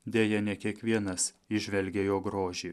deja ne kiekvienas įžvelgia jo grožį